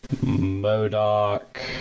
Modoc